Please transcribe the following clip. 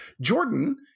Jordan